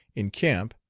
in camp,